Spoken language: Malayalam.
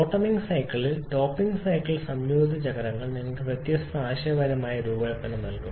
ബോട്ടമിംഗ് സൈക്കിളിൽ ടോപ്പിംഗ് സൈക്കിൾ സംയോജിത ചക്രങ്ങൾ നിങ്ങൾക്ക് വ്യത്യസ്ത ആശയപരമായ രൂപകൽപ്പന നൽകും